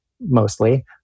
mostly